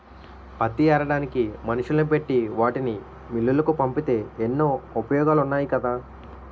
పత్తి ఏరడానికి మనుషుల్ని పెట్టి వాటిని మిల్లులకు పంపితే ఎన్నో ఉపయోగాలున్నాయి కదా